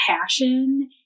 passion